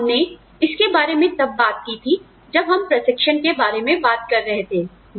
और हमने इसके बारे में तब बात की थी जब हम प्रशिक्षण के बारे में बात कर रहे थे